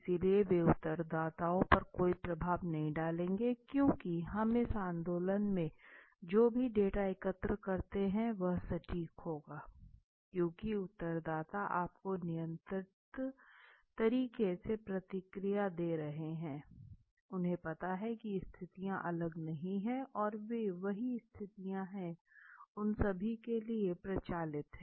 इसलिए वे उत्तरदाताओं पर कोई प्रभाव नहीं डालेंगे क्यूंकि हम इस आंदोलन में जो भी डेटा एकत्र करते हैं वह सटीक होगा क्योंकि उत्तरदाता आपको नियंत्रित तरीके से प्रतिक्रिया दे रहे हैं क्योंकि उन्हें पता है कि स्थितियां अलग नहीं हैं और वे वही स्थितियां हैं उन सभी के लिए प्रचलित हैं